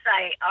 say